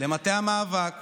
למטה המאבק